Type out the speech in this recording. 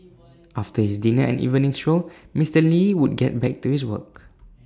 after his dinner and evening stroll Mister lee would get back to his work